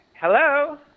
hello